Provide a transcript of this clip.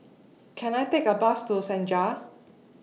Can I Take A Bus to Senja